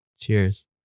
cheers